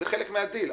זה חלק מהדיל.